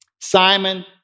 Simon